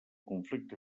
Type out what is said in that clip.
conflicte